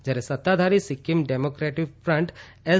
જ્યારે સત્તાધારી Sikkim Democratic Front S